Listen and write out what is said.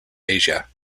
asia